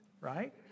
right